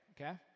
Okay